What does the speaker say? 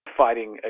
fighting